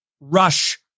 rush